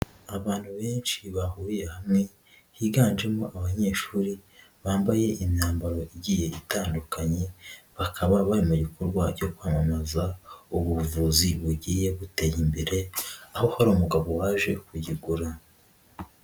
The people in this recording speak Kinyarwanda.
Abantu benshi bahuriye hamwe higanjemo abanyeshuri bambaye imyambaro igiye itandukanye bakaba bari mu gikorwa byo kwamamaza ubu buvuzi bugiye buteye imbere aho hari umugabo waje kuyigura.